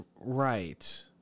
right